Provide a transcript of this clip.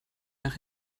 nach